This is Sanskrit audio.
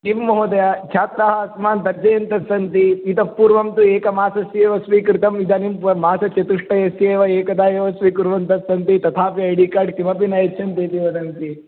किं महोदय छात्राः अस्मान् तर्जयन्तस्सन्ति इतः पूर्वं तु एकमासस्य एव स्वीकृतम् इदानीं मासचतुष्टयस्य एव एकदा एव स्वीकुर्वन्तस्सन्ति तथा ऐडि कार्ड् किमपि न यच्छन्ति इति वदन्ति